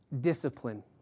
discipline